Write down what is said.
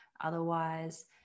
otherwise